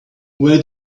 where